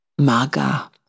Maga